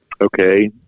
Okay